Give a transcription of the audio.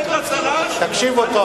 תקשיבו טוב.